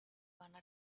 wanna